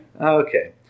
Okay